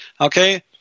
Okay